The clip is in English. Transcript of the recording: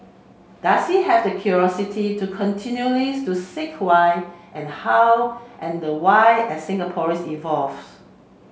does he have the curiosity to continually to seek why and how and why as Singapore evolves